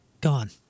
Gone